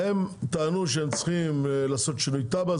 הם טענו שהם צריכים לעשות שינוי תב"ע,